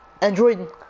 Android